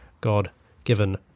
God-given